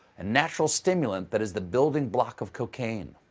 and natural stimulant that is the building block of cocaine.